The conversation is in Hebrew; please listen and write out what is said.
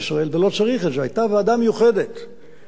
היתה ועדה מיוחדת שישבה,